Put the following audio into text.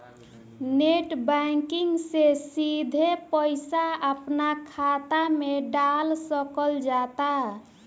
net banking से सिधे पईसा अपना खात मे डाल सकल जाता